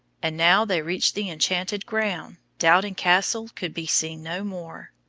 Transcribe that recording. and now they reached the enchanted ground, doubting castle could be seen no more,